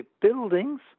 buildings